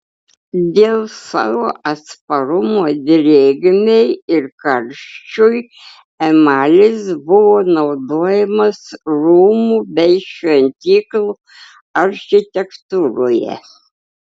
dėl savo atsparumo drėgmei ir karščiui emalis buvo naudojamas rūmų bei šventyklų architektūroje